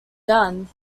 done